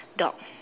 dog